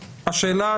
השאלה,